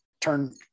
turn